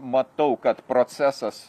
matau kad procesas